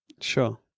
Sure